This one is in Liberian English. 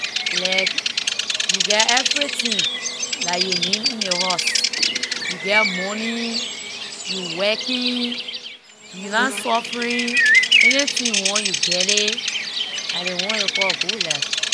like you geh everything dah you need in ley house. You geh money, you working, you nah suffering, anything you want you geh it, lah ley one ley call good life.